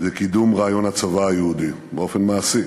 וקידום רעיון הצבא היהודי באופן מעשי,